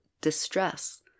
distress